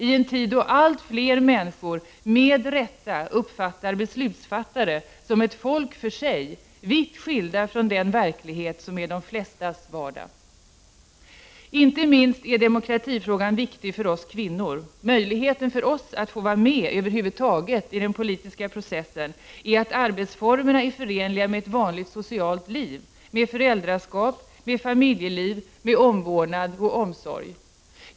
I en tid då allt fler människor, med rätta, uppfattar beslutsfattare som ett folk för sig, vitt skilda från den verklighet som är de flestas vardag. Inte minst är demokratifrågan viktig för oss kvinnor. Möjligheten för oss att vara med över huvud taget i den politiska processen är att arbetsformerna är förenliga med ett vanligt socialt liv, med föräldraskap och familjeliv, med omvårdnad och omsorg.